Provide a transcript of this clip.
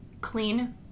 Clean